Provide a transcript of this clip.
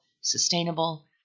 sustainable